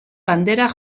banderak